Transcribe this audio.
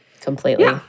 Completely